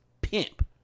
pimp